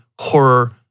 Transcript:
horror